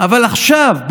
אבל עכשיו,